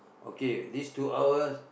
okay these two hours